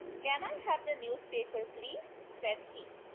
can i have the newspaper, please, said he.